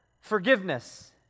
forgiveness